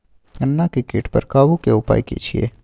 गन्ना के कीट पर काबू के उपाय की छिये?